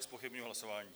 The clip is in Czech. Zpochybňuji hlasování.